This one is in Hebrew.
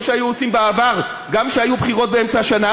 שהיו עושים בעבר גם כשהיו בחירות באמצע השנה,